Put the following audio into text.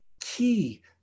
key